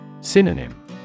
Synonym